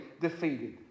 defeated